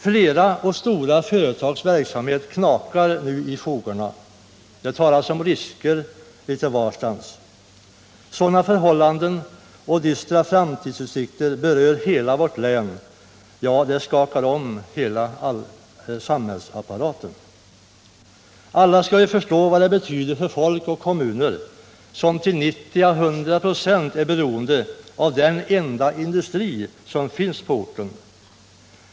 Flera och stora företags verksamhet knakar i fogarna. Det talas om kriser litet varstans. Sådana förhållanden och dystra framtidsutsikter berör hela vårt län. Ja, de skakar om hela samhällsapparaten. Alla torde förstå vad det betyder för folk och kommuner som till 90-100 26 är beroende av den enda industri som finns på orten.